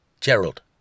Gerald